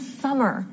summer